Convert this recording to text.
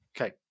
Okay